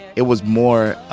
it was more